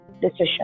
decision